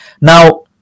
Now